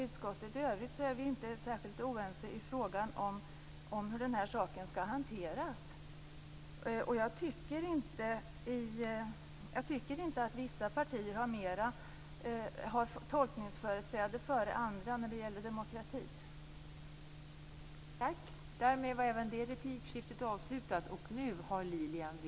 Utskottet i övrigt är inte oense i frågan om hur saken skall hanteras. Vissa partier har inte tolkningsföreträde före andra i fråga om demokrati.